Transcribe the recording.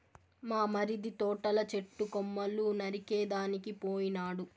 మా మరిది తోటల చెట్టు కొమ్మలు నరికేదానికి పోయినాడు